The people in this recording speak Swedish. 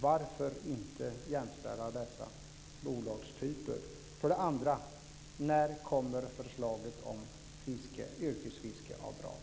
Varför inte jämställa dessa bolagstyper? För det andra: När kommer förslaget om yrkesfiskeavdrag?